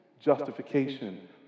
justification